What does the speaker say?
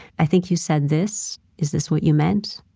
i think you said this. is this what you meant?